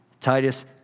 Titus